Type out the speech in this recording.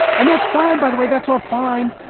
and that's fine, by the way. that's all fine.